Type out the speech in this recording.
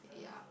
yup